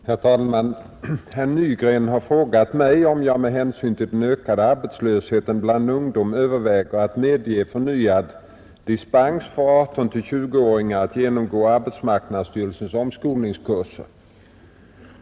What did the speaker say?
Herr talman! Herr Nygren har frågat mig om jag med hänsyn till den ökade arbetslösheten bland ungdom överväger att medge förnyad dispens för 18—20-åringar att genomgå arbetsmarknadsstyrelsens omskolningskurser.